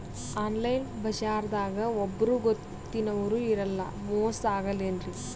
Online ಬಜಾರದಾಗ ಒಬ್ಬರೂ ಗೊತ್ತಿನವ್ರು ಇರಲ್ಲ, ಮೋಸ ಅಗಲ್ಲೆನ್ರಿ?